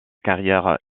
carrière